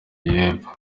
y’epfo